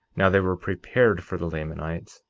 now they were prepared for the lamanites,